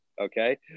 Okay